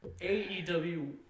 AEW